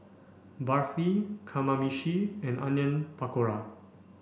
Barfi Kamameshi and Onion Pakora